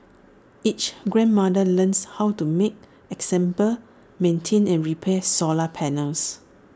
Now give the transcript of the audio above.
each grandmother learns how to make assemble maintain and repair solar panels